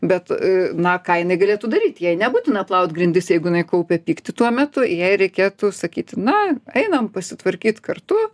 bet a na ką jinai galėtų daryt jai nebūtina plaut grindis jeigu ji kaupia pyktį tuo metu jai reikėtų sakyti na einam pasitvarkyt kartu